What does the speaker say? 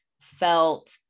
felt